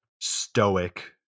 stoic